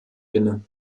inne